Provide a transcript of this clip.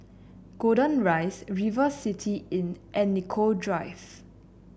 Golden Rise River City Inn and Nicoll Drive